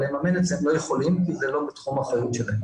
אבל לממן את זה הם לא יכולים כי זה לא בתחום האחריות שלהם.